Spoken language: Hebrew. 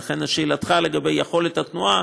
ולכן לשאלתך לגבי יכולת התנועה,